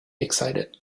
excited